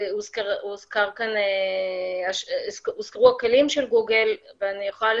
הוזכרו הכלים של גוגל ואני יכולה